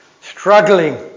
struggling